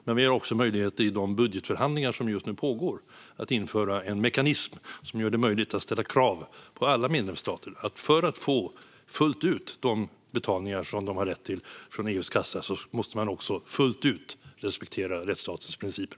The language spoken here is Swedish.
Men vi har också möjlighet att i de budgetförhandlingar som just nu pågår införa en mekanism som gör det möjligt att ställa krav på alla medlemsstater att de för att fullt ut få de betalningar som de har rätt till från EU:s kassa också fullt ut måste respektera rättsstatens principer.